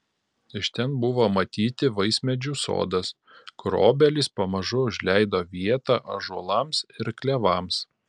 iš ten buvo matyti vaismedžių sodas kur obelys pamažu užleido vietą ąžuolams ir klevams